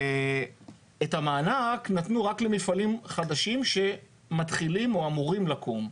את המענק נתנו רק למפעלים חדשים שמתחילים או אמורים לקום.